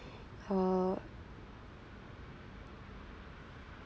err